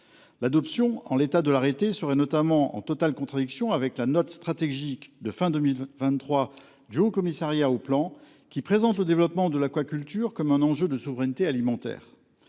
L’adoption en l’état de l’arrêté serait notamment en totale contradiction avec la note stratégique de la fin de 2023 du Haut Commissariat au plan qui présente le développement de l’aquaculture comme un enjeu de souveraineté alimentaire.